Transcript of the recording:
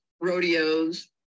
rodeos